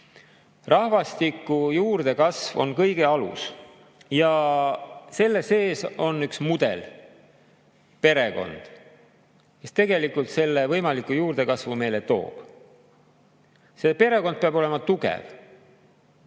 valskusega. Rahvastiku juurdekasv on kõige alus ja selle sees on üks mudel, perekond, mis tegelikult selle võimaliku juurdekasvu meile toob. Perekond peab olema tugev,